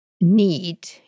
need